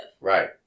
Right